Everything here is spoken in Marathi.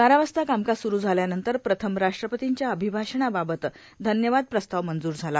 बारा वाजता कामकाज सुरू झाल्यानंतर प्रथम राष्ट्रपतींच्या अभिभाषणाबाबत धन्यवाद प्रस्ताव मंजूर झाला